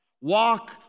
Walk